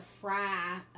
fry